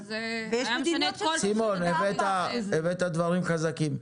סימון הבאת דברים חזקים,